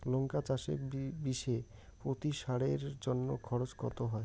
লঙ্কা চাষে বিষে প্রতি সারের জন্য খরচ কত হয়?